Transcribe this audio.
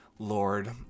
Lord